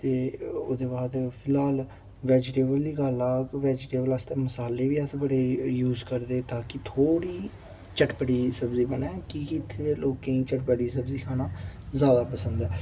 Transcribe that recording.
ते ओह्दे बाद फिलहाल वेजिटेबल दी गल्ल आह्ग वेजिटेबल आस्तै मसाले बी अस बड़े यूज़ करदे ताकी थोह्ड़ी चटपटी सब्जी बनै कि के इ'त्थें दे लोकें ई चटपटी सब्जी खाना जादा पसंद ऐ